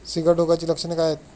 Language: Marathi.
सिगाटोकाची लक्षणे काय आहेत?